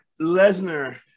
Lesnar